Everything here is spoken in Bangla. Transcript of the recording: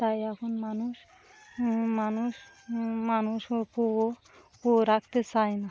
তাই এখন মানুষ মানুষ মানুষও কুয়ো কুয়ো রাখতে চায় না